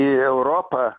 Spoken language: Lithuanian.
į europą